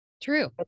True